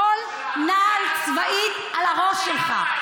כל נעל צבאית, על הראש שלך.